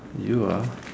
you ah